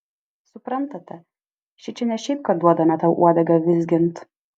suprantate šičia ne šiaip kad duodame tau uodegą vizgint